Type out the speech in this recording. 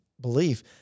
belief